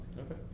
Okay